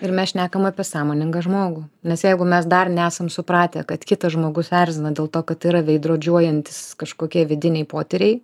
ir mes šnekam apie sąmoningą žmogų nes jeigu mes dar nesam supratę kad kitas žmogus erzina dėl to kad tai yra veidrodžiuojantys kažkokie vidiniai potyriai